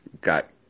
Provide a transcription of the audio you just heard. got